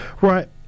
Right